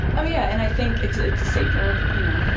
oh yeah, and i think it's it's a safer, you know, yeah